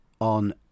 on